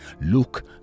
look